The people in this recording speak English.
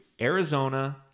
Arizona